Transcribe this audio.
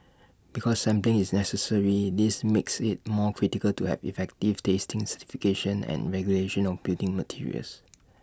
because sampling is necessary this makes IT more critical to have effective testing certification and regulation of building materials